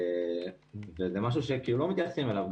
זה משהו שלא מתייחסים אליו.